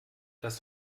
das